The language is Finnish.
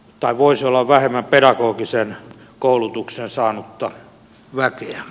tai voisi olla vähemmän pedagogisen koulutuksen saanutta väkeä